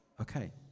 Okay